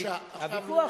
הוויכוח,